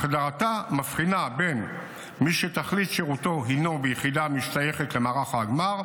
החדרתה מבחינה בין מי שתכלית שירותו הינו ביחידה המשתייכת למערך ההגמ"ר,